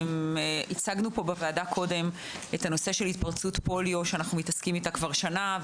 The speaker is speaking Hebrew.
הצגנו קודם בוועדה את נושא התפרצות הפוליו שאנחנו מתעסקים איתו כבר שנה.